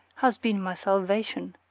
has been my salvation.